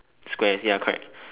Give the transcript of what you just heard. squares ya correct